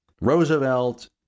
Roosevelt